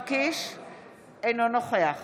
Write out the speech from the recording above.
אינו נוכח